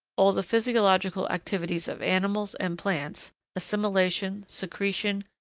all the physiological activities of animals and plants assimilation, secretion,